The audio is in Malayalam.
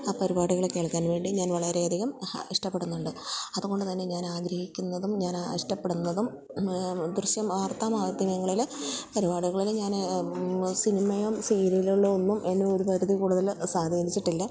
ആ പരിപാടികള് കേൾക്കാൻ വേണ്ടി ഞാൻ വളരെയധികം ഇഷ്ടപ്പെടുന്നുണ്ട് അതുകൊണ്ട് തന്നെ ഞാനാഗ്രഹിക്കുന്നതും ഞാനിഷ്ടപ്പെടുന്നതും വാർത്താമാധ്യമങ്ങളില് പരിപാടികള് ഞാന് സിനിമയും സീരിയലുകളുമൊന്നും എന്നെയൊരു പരിധിയില് കൂടുതല് സ്വാധീനിച്ചിട്ടില്ല